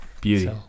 Beauty